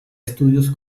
estudios